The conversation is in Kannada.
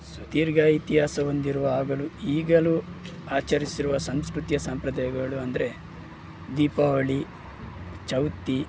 ಸುಧೀರ್ಘ ಇತಿಹಾಸ ಹೊಂದಿರುವ ಆಗಲೂ ಈಗಲೂ ಆಚರಿಸಿರುವ ಸಂಸ್ಕೃತಿಯ ಸಂಪ್ರದಾಯಗಳು ಅಂದರೆ ದೀಪಾವಳಿ ಚೌತಿ